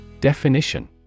Definition